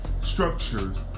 structures